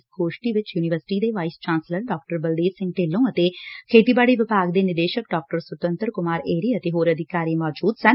ਇਸ ਗੋਸ਼ਟੀ ਚ ਯੁਨੀਵਰਸਿਟੀ ਦੇ ਵਾਈਸ ਚਾਂਸਲਰ ਡਾ ਬਲਦੇਵ ਸਿੰਘ ਢਿੱਲੋ ਅਤੇ ਖੇਤੀਬਾੜੀ ਵਿਭਾਗ ਦੇ ਨਿਦੇਸ਼ਕ ਡਾ ਸੂੰਤਤਰ ਕੁਮਾਰ ਏਰੀ ਅਤੇ ਹੋਰ ਅਧਿਕਾਰੀ ਮੌਜੁਦ ਸਨ